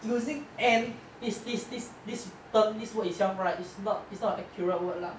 using end this this this this term this word itself right is not is not an accurate word lah